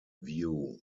view